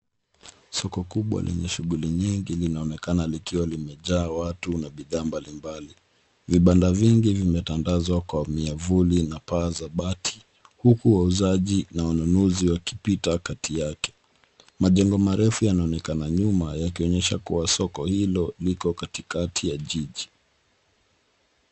Soko kubwa lenye shughuli nyingi, linaonekana kupitia kwenye kioo likiwa limejaa watu wanaopita kutoka sehemu mbalimbali. Mabanda mengi yametanda sokoni yakiwa na vifuniko na paa za bati, huku shughuli za uuzaji na ununuzi zikiendelea katikati yake. Majengo marefu yanaonekana nyuma, yakionyesha kuwa soko hilo liko katikati ya jiji.